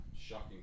shocking